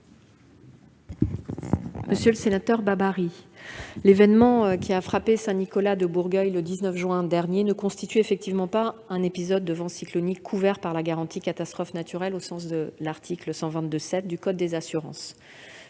Monsieur le sénateur Babary, l'événement qui a frappé Saint-Nicolas-de-Bourgueil le 19 juin dernier ne constitue effectivement pas un épisode de vents cycloniques couvert par la garantie catastrophes naturelles au sens de l'article L. 122-7 du code des assurances.